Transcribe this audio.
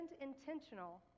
intentional